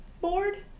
board